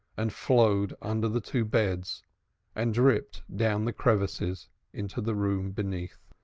and flowed under the two beds and dripped down the crevices into the room beneath.